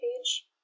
page